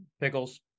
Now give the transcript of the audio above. pickles